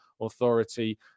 authority